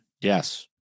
Yes